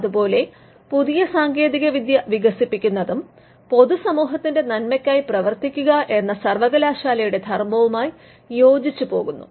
അതുപോലെ പുതിയ സാങ്കേതികവിദ്യ വികസിപ്പിക്കുന്നതും പൊതുസമൂഹത്തിൻറെ നന്മയ്ക്കായി പ്രവർത്തിക്കുക എന്ന സർവകലാശാലയുടെ ധർമ്മവുമായി യോജിച്ചുപോകുന്നു